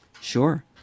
Sure